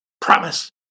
Promise